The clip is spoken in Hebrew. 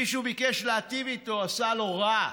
ומי שביקש להטיב איתו עשה לו רע,